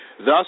Thus